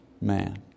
man